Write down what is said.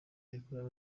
yakorewe